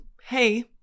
hey